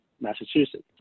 Massachusetts